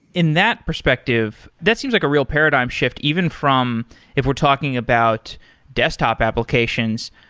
in that perspective, that seems like a real paradigm shift even from if we're talking about desktop applications.